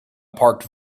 parked